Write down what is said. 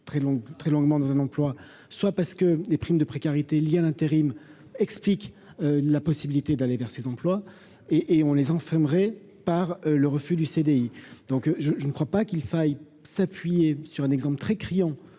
très longuement dans un emploi, soit parce que des primes de précarité liée à l'intérim, explique la possibilité d'aller vers ces emplois et et on les enfermerait par le refus du CDI, donc je je ne crois pas qu'il faille s'appuyer sur un exemple très criant